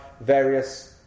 various